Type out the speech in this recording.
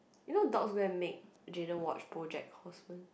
you know dorcas go and make Jayden watch BoJack-Horseman